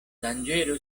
danĝero